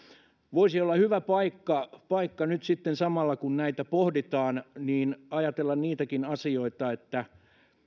voisi olla hyvä paikka nyt sitten samalla kun näitä pohditaan ajatella niitäkin asioita että